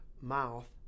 mouth